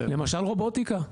למשל רובוטיקה.